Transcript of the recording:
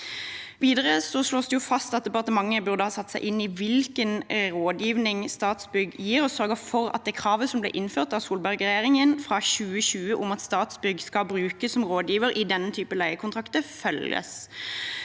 det fast at departementet burde satt seg inn i hvilken rådgivning Statsbygg gir, og sørget for at det kravet som ble innført av Solberg-regjeringen fra 2020, om at Statsbygg skal brukes som rådgiver ved denne typen leiekontrakter, følges.